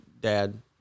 dad